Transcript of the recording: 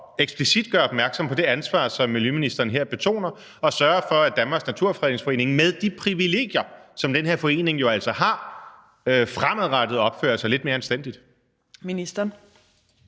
eksplicit gøre opmærksom på det ansvar, som miljøministeren her betoner, og sørge for, at Danmarks Naturfredningsforening med de privilegier, som den her forening jo altså har, fremadrettet opfører sig lidt mere anstændigt? Kl.